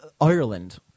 Ireland